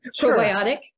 probiotic